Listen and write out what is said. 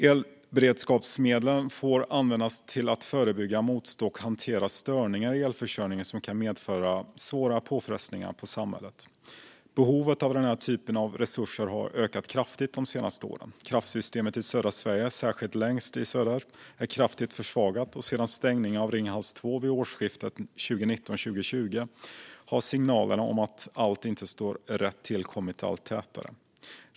Elberedskapsmedlen får användas till att förebygga, motstå och hantera störningar i elförsörjningen som kan medföra svåra påfrestningar på samhället. Behovet av denna typ av resurser har ökat kraftigt de senaste åren. Kraftsystemet i södra Sverige, särskilt längst i söder, är kraftigt försvagat, och sedan stängningen av Ringhals 2 vid årsskiftet 2019/20 har signalerna om att allt inte står rätt till kommit allt tätare.